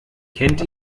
kennt